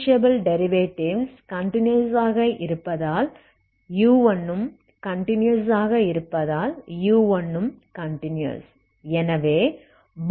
differentiable derivatives continuous ஆக இருப்பதால் u1 ம் கன்டினியஸ் ஆக இருப்பதால் u1 ம் கன்டினியஸ்